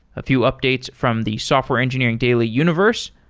a few updates from the software engineering daily universe.